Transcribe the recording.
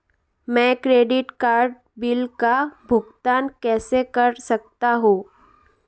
मैं credit card bill का भुगतान कैसे कर सकता हूं?